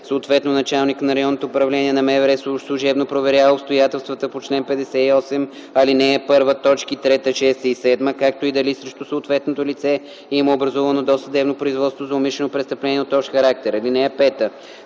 съответно началникът на РУ на МВР, служебно проверява обстоятелствата по чл. 58, ал. 1, т. 3, 6 и 7, както и дали срещу съответното лице има образувано досъдебно производство за умишлено престъпление от общ характер.